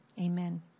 Amen